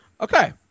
Okay